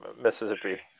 Mississippi